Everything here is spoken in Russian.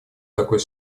такой